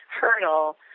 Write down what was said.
hurdle